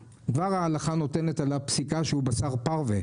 וההלכה כבר נותנת עליו פסיקה שהוא בשר פרווה,